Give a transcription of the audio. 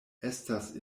estas